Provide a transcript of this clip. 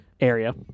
area